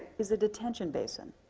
is a detention basin.